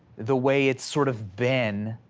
the way it's sort of been.